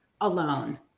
alone